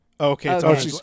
Okay